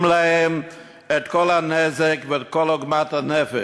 להם את כל הנזק ואת כל עוגמת הנפש,